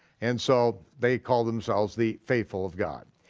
and so they call themselves the faithful of god.